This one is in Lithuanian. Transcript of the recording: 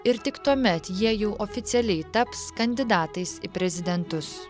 ir tik tuomet jie jau oficialiai taps kandidatais į prezidentus